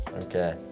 Okay